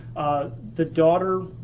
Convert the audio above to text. the daughter,